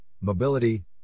mobility